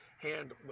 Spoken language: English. hand